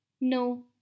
No